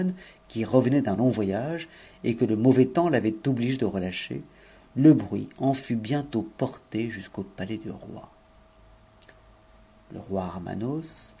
qui revenait d'un long voyage etque eu mvais temps l'avait obligé de relâcher le bruit en fut bientôt porté jusqu palais du roi le roi